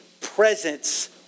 presence